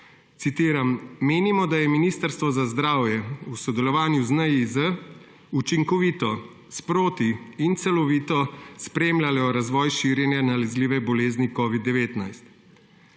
Citiram: »Menimo, da je Ministrstvo za zdravje v sodelovanju z NIJZ učinkovito, sproti in celovito, spremljalo razvoj širjenja nalezljive bolezni COVID-19,«